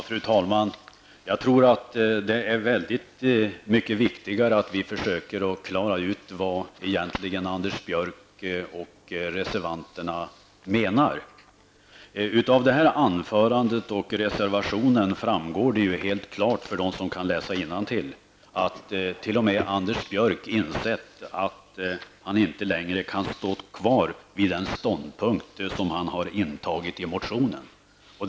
Fru talman! Jag tror att det är väldigt mycket viktigare att vi försöker att klara ut vad egentligen Anders Björck och reservanterna menar. Av hans anförande och av reservationen framgår ju helt klart för dem som kan läsa innantill att t.o.m. Anders Björck insett att han inte längre kan stå kvar vid den ståndpunkt som han har intagit i motionen.